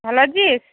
ভালো আছিস